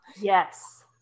Yes